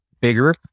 bigger